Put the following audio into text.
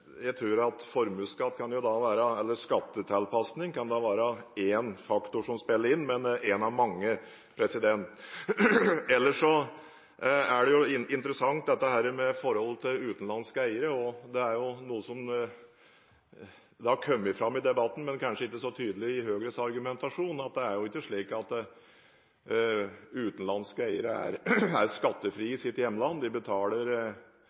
Jeg tror at skattetilpasning kan være en faktor som spiller inn, men én av mange. Ellers er dette med forholdet til utenlandske eiere interessant. Noe som har kommet fram i debatten – men kanskje ikke så tydelig i Høyres argumentasjon – er at det jo ikke er slik at utenlandske eiere er skattefrie i sitt hjemland. De betaler